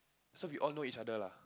so we all know each other lah